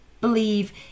believe